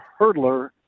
hurdler